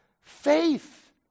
faith